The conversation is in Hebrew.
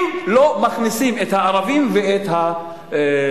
אם לא מכניסים את הערבים ואת החרדים.